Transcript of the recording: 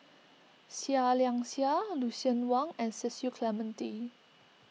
Seah Liang Seah Lucien Wang and Cecil Clementi